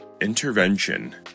Intervention